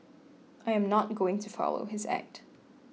I am not going to follow his act